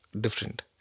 different